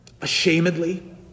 ashamedly